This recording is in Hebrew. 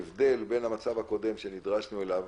ההבדל בין המצב הקודם שנדרשנו אליו,